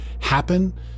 happen